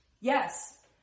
Yes